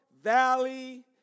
Valley